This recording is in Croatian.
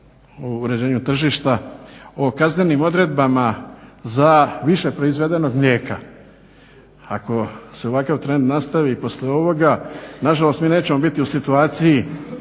o uređenju tržišta o kaznenim odredbama za više proizvedenog mlijeka. Ako se ovakav trend nastavi poslije ovoga nažalost mi nećemo biti u situaciji